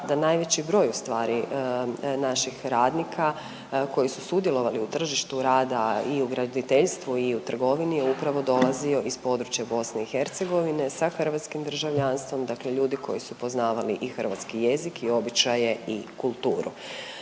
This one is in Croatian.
da najveći broj, ustvari naših radnika koji su sudjelovali u tržištu rada i u graditeljstvu i u trgovini je upravo dolazio iz područja BiH sa hrvatskim državljanstvom, dakle ljudi koji su poznavali u hrvatski jezik i običaje i kulturu